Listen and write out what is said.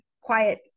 quiet